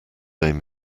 name